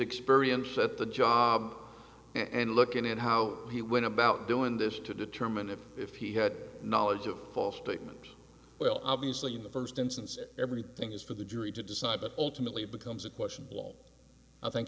experience at the job and looking at how he went about doing this to determine if if he had knowledge of false statement well obviously in the first instance everything is for the jury to decide but ultimately becomes a question of law i think